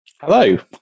Hello